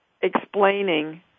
explaining